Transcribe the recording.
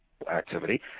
activity